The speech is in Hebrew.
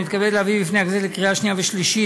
אני מתכבד להביא בפני הכנסת לקריאה שנייה ושלישית